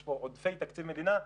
יש פה עודפי תקציב מדינה.